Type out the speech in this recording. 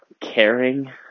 caring